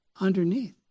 underneath